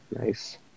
nice